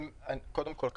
קודם כל,